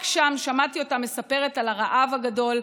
רק שם שמעתי אותה מספרת על הרעב הגדול,